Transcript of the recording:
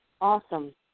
awesome